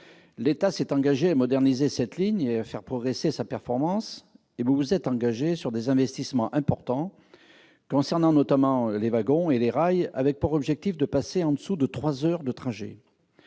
L'État s'est engagé à moderniser cette ligne et à améliorer sa performance. Vous vous êtes engagés sur des investissements importants concernant notamment les wagons et les rails, avec pour objectif de réduire la durée du trajet